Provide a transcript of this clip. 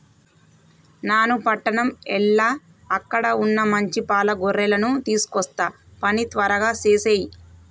నాను పట్టణం ఎల్ల అక్కడ వున్న మంచి పాల గొర్రెలను తీసుకొస్తా పని త్వరగా సేసేయి